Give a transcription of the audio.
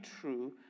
true